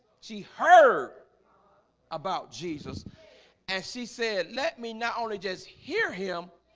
she heard about jesus and she said let me not only just hear him,